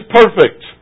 perfect